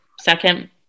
Second